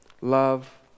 Love